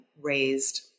raised